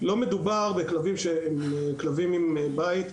לא מדובר בכלבים שהם כלבים עם בית,